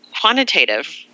quantitative